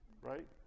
right